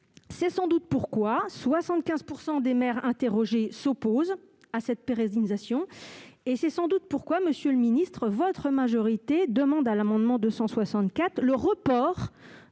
C'est sans doute pourquoi 75 % des maires interrogés s'opposent à cette pérennisation et pourquoi, monsieur le ministre, votre majorité demande, à l'amendement n° 2064, le report